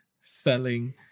selling